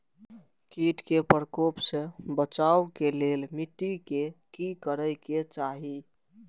किट के प्रकोप से बचाव के लेल मिटी के कि करे के चाही?